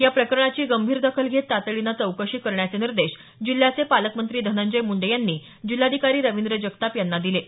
या प्रकरणाची गंभीर दखल घेत तातडीने चौकशी करण्याचे निर्देश जिल्ह्याचे पालकमंत्री धनंजय मुंडे यांनी जिल्हाधिकारी रविंद्र जगताप यांना दिले आहेत